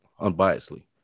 unbiasedly